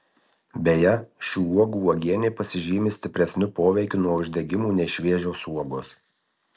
beje šių uogų uogienė pasižymi stipresniu poveikiu nuo uždegimų nei šviežios uogos